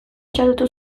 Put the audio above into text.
txalotu